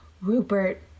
Rupert